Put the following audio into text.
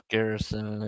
Garrison